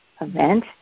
event